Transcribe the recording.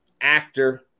actor